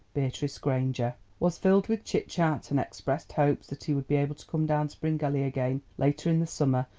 beatrice granger, was filled with chit-chat, and expressed hopes that he would be able to come down to bryngelly again later in the summer,